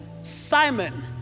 Simon